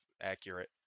accurate